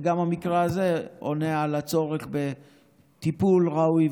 וגם המקרה הזה עונה על הצורך בטיפול ראוי,